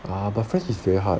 ah but french is very hard